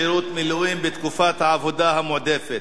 שירות מילואים בתקופת העבודה המועדפת),